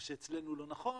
מה שאצלנו לא נכון,